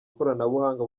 ikoranabuhanga